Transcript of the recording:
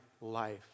life